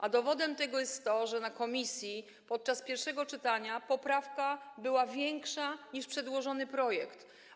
A dowodem jest to, że na posiedzeniu komisji podczas pierwszego czytania poprawka była większa niż przedłożony projekt.